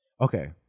okay